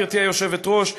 גברתי היושבת-ראש,